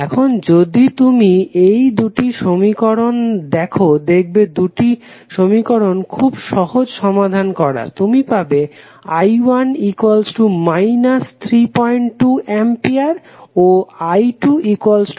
এখন যদি তুমি এই দুটি সমীকরণ দেখো দেখবে এই দুটি সমীকরণ খুব সহজ সমাধান করা তুমি পাবে i1 32A ও i228A